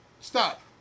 Stop